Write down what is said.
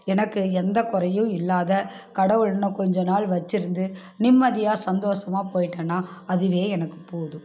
எனக்கு எந்த குறையும் இல்லாத கடவுள் இன்னும் கொஞ்ச நாள் வச்சுருந்து நிம்மதியாக சந்தோஷமாக போயிட்டன்னா அதுவே எனக்கு போதும்